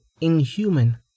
inhuman